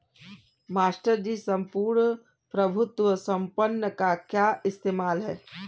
Master ji सम्पूर्ण प्रभुत्व संपन्न का क्या इस्तेमाल है?